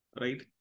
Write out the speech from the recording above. right